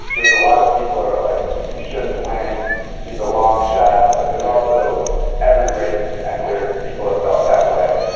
there's a lot of people are like he shouldn't when he's a long shot. but there's also every race is entered. people have felt that way.